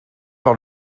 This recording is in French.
par